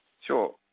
Sure